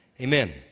Amen